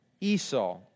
Esau